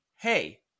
Hey